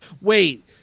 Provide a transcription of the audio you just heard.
Wait